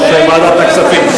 ליושב-ראש ועדת הכספים.